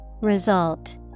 Result